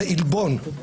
זה עלבון.